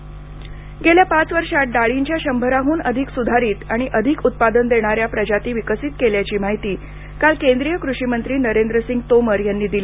डाळ गेल्या पाच वर्षात डाळींच्या शंभराहन अधिक सुधारित आणि अधिक उत्पादन देणा या प्रजाती विकसित केल्याची माहिती काल केंद्रीय कृषी मंत्री नरेंद्रसिंग तोमर यांनी दिली